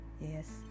Yes